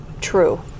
true